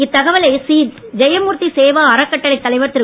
இத்தகவலை ஸ்ரீ ஜெயமூர்த்தி சேவா அறக்கட்டளை தலைவர் திரு